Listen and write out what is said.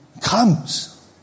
comes